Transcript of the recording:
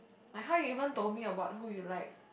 like how you even told me like who you like